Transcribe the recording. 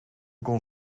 kon